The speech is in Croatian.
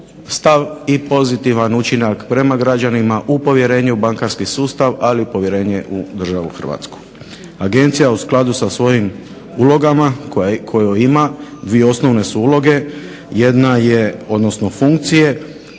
stav i pozitivan učinak prema građanima u povjerenju u bankarski sustav ali povjerenje u državu Hrvatsku. Agencija u skladu sa svojim ulogama koju ima dvije osnovne su uloge, odnosno funkcije,